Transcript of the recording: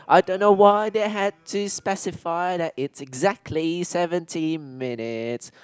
I don't know why they had to specify that it's exactly seventeen minutes